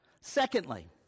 Secondly